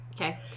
okay